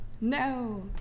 no